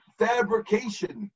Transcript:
fabrication